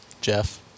Jeff